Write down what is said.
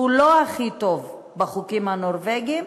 שהוא לא הכי טוב בחוקים הנורבגיים,